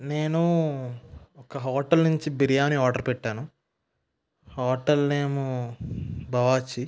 నేను ఒక హోటల్ నుంచి బిర్యాని ఆర్డర్ పెట్టాను హోటల్ నేమ్ బవాచి